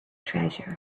treasure